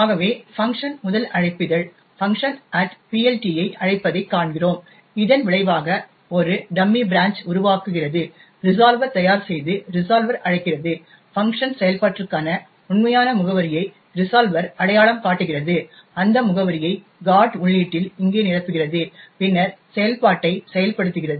ஆகவே func முதல் அழைப்பிதழ் func PLT ஐ அழைப்பதைக் காண்கிறோம் இதன் விளைவாக இது ஒரு டம்மி பிரென்ச் உருவாக்குகிறது ரிசால்வர் தயார் செய்து ரிசால்வர் அழைக்கிறது func செயல்பாட்டிற்கான உண்மையான முகவரியை ரிசால்வர் அடையாளம் காட்டுகிறது அந்த முகவரியை GOT உள்ளீட்டில் இங்கே நிரப்புகிறது பின்னர் செயல்பாட்டை செயல்படுத்துகிறது